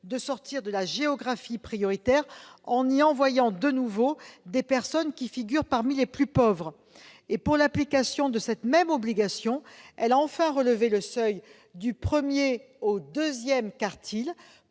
de sortir de la géographie prioritaire en y envoyant de nouveau des personnes figurant parmi les plus pauvres. Pour l'application de cette même obligation, elle a enfin relevé le seuil du premier au deuxième quartile